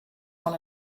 one